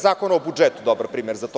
Zakon o budžetu je dobar primer za to.